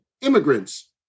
immigrants